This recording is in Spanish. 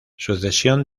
sucesión